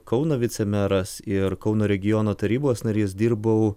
kauno vicemeras ir kauno regiono tarybos narys dirbau